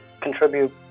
contribute